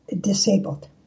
disabled